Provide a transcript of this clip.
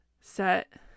set